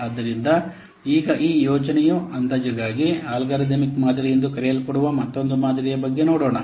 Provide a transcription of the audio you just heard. ಆದ್ದರಿಂದ ಈಗ ಈ ಯೋಜನೆಯ ಅಂದಾಜುಗಾಗಿ ಅಲ್ಗಾರಿದಮಿಕ್ ಮಾದರಿ ಎಂದು ಕರೆಯಲ್ಪಡುವ ಮತ್ತೊಂದು ಮಾದರಿಯ ಬಗ್ಗೆ ನೋಡೋಣ